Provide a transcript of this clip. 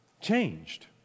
changed